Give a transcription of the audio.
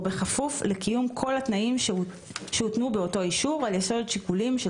ובכפוף לקיום כל התנאים שהותנו באותו אישור על יסוד שיקולים של